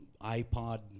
iPod